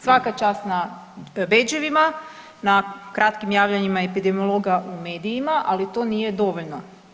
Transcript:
Svaka čast na bedževima, n a kratkim javljanjima epidemiologa u medijima, ali to nije dovoljno.